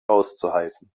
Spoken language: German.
auszuhalten